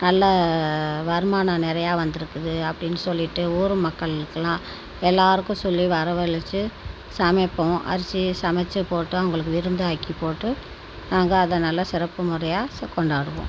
நல்ல வருமானம் நிறையா வந்துருக்குது அப்படின்னு சொல்லிகிட்டு ஊர் மக்களுக்கெல்லாம் எல்லோருக்கும் சொல்லி வர வழைச்சு சமைப்போம் அரிசி சமச்சு போட்டு அவங்களுக்கு விருந்தாக்கி போட்டு நாங்கள் அதை நல்லா சிறப்பு முறையாக கொண்டாடுவோம்